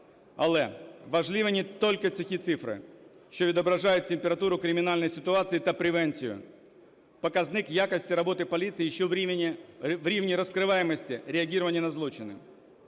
Але важливі не тільки сухі цифри, що відображають температуру кримінальної ситуації та превенцію, показник якості роботи поліції ще в рівні розкриваємості, реагування на злочини.